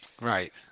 Right